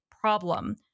problem